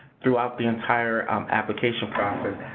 throughout the entire application process.